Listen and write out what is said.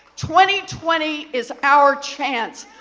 twenty twenty is our chance.